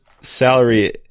salary